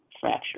fracture